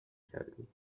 کردیم